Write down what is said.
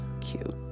cute